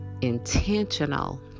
intentional